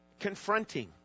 Confronting